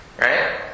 right